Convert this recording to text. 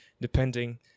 depending